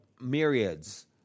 myriads